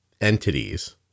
entities